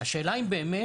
השאלה אם באמת,